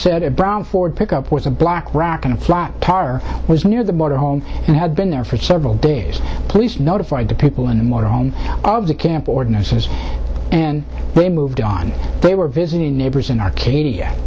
said a brown ford pickup was a black rock and a flop was near the motor home and had been there for several days police notified the people in the motor home of the campus ordinances and they moved on they were visiting neighbors in arcadia